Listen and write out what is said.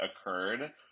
occurred